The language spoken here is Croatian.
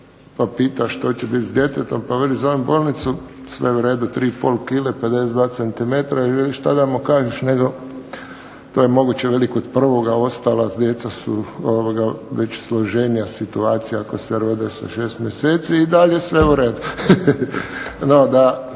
pa pita što će biti s djetetom, pa veli zovem bolnicu sve u redu 3 i pol kile, 52 centimetara, i veli šta da mu kažeš nego to je moguće kod prvoga, ostala djeca su već složenija situacija, ako se rode sa 6 mjeseci i dalje sve u redu. No da,